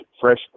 fresh